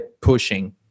pushing